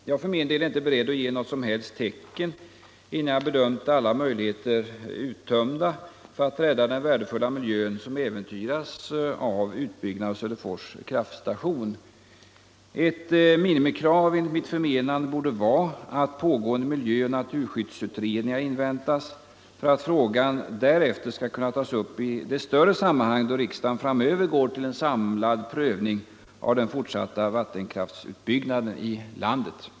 Jag för min del är inte beredd att ge något som helst tecken innan jag bedömt alla möjligheter vara uttömda för att rädda den värdefulla miljö som äventyras av utbyggnaden av Söderfors kraftstation. Ett minimikrav borde enligt mitt förmenande vara att både miljöoch naturskyddsutredningar inväntas för att frågan därefter skall kunna tas upp i det större sammanhang då riksdagen framöver gör en samlad prövning av den fortsatta vattenkraftsutbyggnaden i landet.